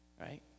right